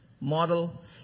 model